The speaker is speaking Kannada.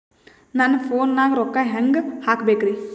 ನನ್ನ ಫೋನ್ ನಾಗ ರೊಕ್ಕ ಹೆಂಗ ಹಾಕ ಬೇಕ್ರಿ?